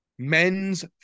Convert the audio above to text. Men's